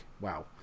wow